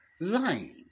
lying